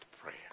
prayer